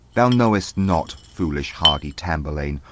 thou know'st not, foolish-hardy tamburlaine,